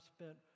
spent